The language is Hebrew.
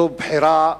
זו בחירה